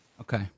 Okay